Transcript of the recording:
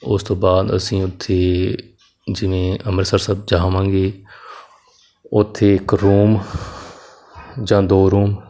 ਉਸ ਤੋਂ ਬਾਅਦ ਅਸੀਂ ਉੱਥੇ ਜਿਵੇਂ ਅੰਮ੍ਰਿਤਸਰ ਸਾਹਿਬ ਜਾਵਾਂਗੇ ਉੱਥੇ ਇੱਕ ਰੂਮ ਜਾਂ ਦੋ ਰੂਮ